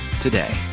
today